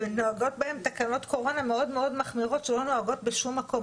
ונוהגות בהם תקנות קורונה מאוד מחמירות שלא נוהגות בשום מקום.